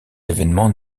événement